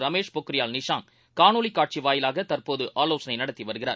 ரமேஷ்பொக்ரியால்நிஷாங்க்காணொலிக்காட்சிவாயிலாகதற்போதுஆ லோசனைநடத்திவருகிறார்